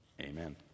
Amen